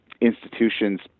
institutions